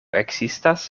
ekzistas